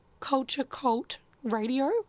culturecultradio